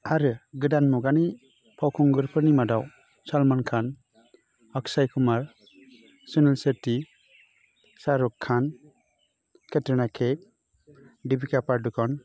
आरो गोदान मुगानि फावखुंगुरफोरनि मादाव सलमान खान अकसय कुमार सुनिल सेटि साहरुक खान केट्रिना केफ दिपिका पादुकण